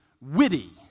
witty